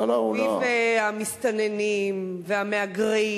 סביב המסתננים והמהגרים